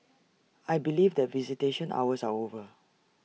I believe that visitation hours are over